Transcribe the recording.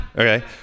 okay